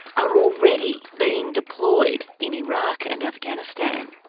are already being deployed in iraq and afghanistan.